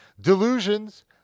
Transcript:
delusions